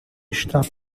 está